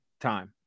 time